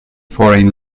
foreign